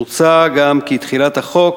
מוצע גם כי תחילת החוק